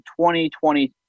2020